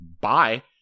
bye